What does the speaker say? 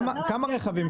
כמה רכבים